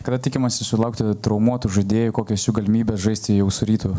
kada tikimasi sulaukti traumuotų žaidėjų kokias galimybes žaisti jau su rytu